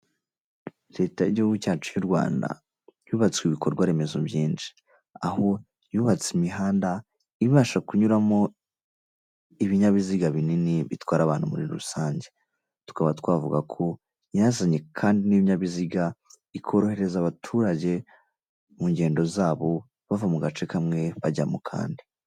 Leta y'igihugu cyacu y'u Rwanda yubatswe ibikorwa remezo byinshi, aho yubatse imihanda ibasha kunyuramo ibinyabiziga binini bitwara abantu muri rusange, tukaba twavuga ko yazanye kandi n'ibinyabiziga ikorohereza abaturage mu ngendo zabo bava mu gace kamwe bajya mu kandi.